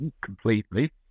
completely